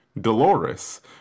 Dolores